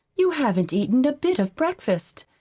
you haven't eaten a bit of breakfast.